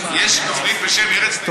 יש תוכנית בשם "ארץ נהדרת".